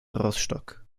rostock